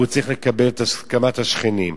צריך לקבל את הסכמת השכנים.